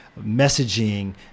messaging